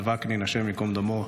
נחמן וקנין, השם ייקום דמו.